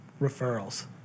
referrals